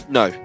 no